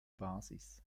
basis